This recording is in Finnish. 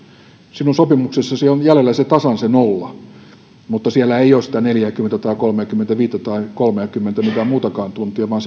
sinun sopimuksessasi on jäljellä tasan se nolla mutta siellä ei ole sitä neljääkymmentä tai kolmeakymmentäviittä tai kolmeakymmentä mitään muutakaan tuntia vaan